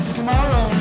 tomorrow